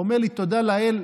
הוא אומר לי: תודה לאל,